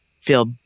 feel